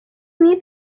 need